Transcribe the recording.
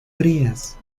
frías